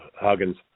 Huggins